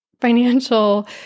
financial